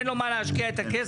אין לו במה להשקיע את הכסף?